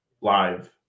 live